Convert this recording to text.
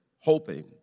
hoping